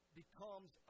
becomes